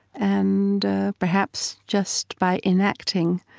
and perhaps just by enacting